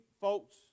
folks